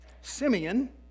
Simeon